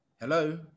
Hello